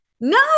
no